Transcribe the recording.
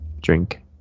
drink